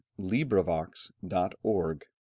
LibriVox.org